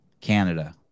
Canada